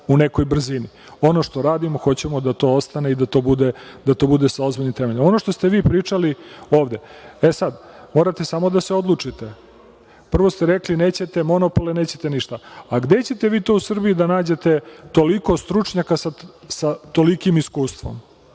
u nekoj brzini. Ono što radimo hoćemo da to ostane i da to bude sa ozbiljnim temeljom. Ono što ste vi pričali ovde, morate samo da se odlučite. Prvo ste rekli da nećete monopole, nećete ništa. A gde ćete vi to u Srbiji da nađete toliko stručnjaka sa tolikim iskustvom,